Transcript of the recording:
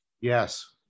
Yes